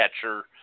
catcher